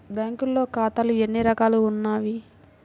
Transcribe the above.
బ్యాంక్లో ఖాతాలు ఎన్ని రకాలు ఉన్నావి?